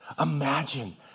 Imagine